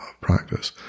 practice